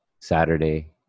Saturday